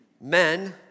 men